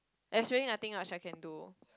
there is nothing much I can do